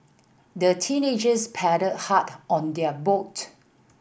the teenagers paddled hard on their boat